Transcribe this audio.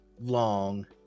long